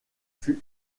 fut